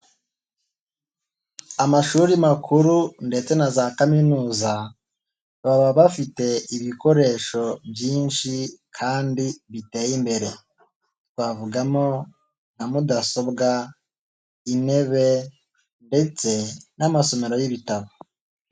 Amashuri makuru ndetse na za kaminuza, baba bafite ibikoresho byinshi kandi biteye imbere, twavugamo nka mudasobwa, intebe, ndetse n'amasomero y'ibitabo.